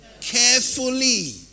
Carefully